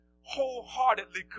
wholeheartedly